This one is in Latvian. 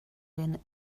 viena